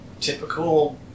typical